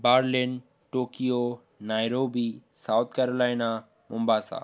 Berlin Tokyo Nairobi South Carolina Mombasa